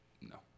No